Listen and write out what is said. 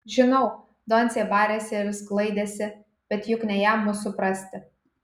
žinau doncė barėsi ir sklaidėsi bet juk ne jam mus suprasti